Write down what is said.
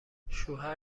شوهر